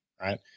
right